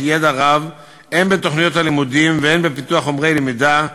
ידע רב הן בתוכניות הלימודים והן בפיתוח חומרי למידה,